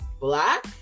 black